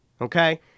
okay